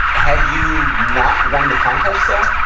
had you not won the contest though?